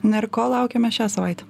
na ir ko laukiame šią savaitę